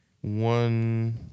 one